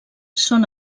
són